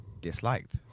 disliked